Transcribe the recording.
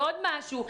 ועוד משהו,